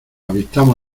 avistamos